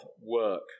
work